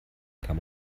kann